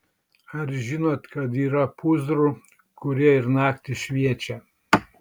ar žinot kad yra pūzrų kurie ir naktį šviečia